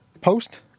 Post